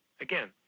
Again